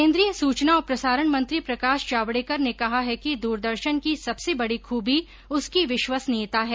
केन्द्रीय सूचना और प्रसारण मंत्री प्रकाश जावड़ेकर ने कहा है कि दूरदर्शन की सबसे बड़ी खूबी उसकी विश्वसनीयता है